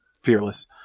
fearless